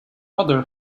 other